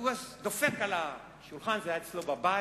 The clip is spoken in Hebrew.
הוא אז דופק על השולחן, זה היה אצלו בבית,